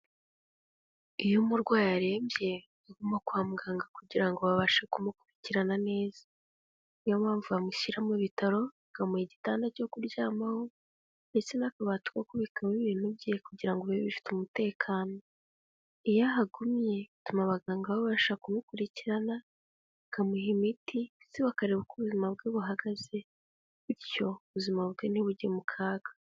Iyo umurwayi arembye aguma kwa muganga kugira ngo babashe kumukurikirana neza. Niyo mpamvu bamushyira mu ibitaro bakamuha igitanda cyo kuryamaho ndetse n'akabati ko kubikamo ibintu bye kugira ngo bibe bifite umutekano. Iyo ahagumye bituma abaganga babasha kumukurikirana, bakamuha imiti ndetse bakareba uko ubuzima bwe buhagaze, bityo ubuzima bwe ntibujye mu kaga.